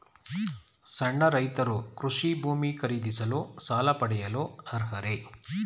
ಸಣ್ಣ ರೈತರು ಕೃಷಿ ಭೂಮಿ ಖರೀದಿಸಲು ಸಾಲ ಪಡೆಯಲು ಅರ್ಹರೇ?